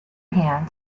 hand